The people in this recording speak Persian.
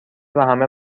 وهمه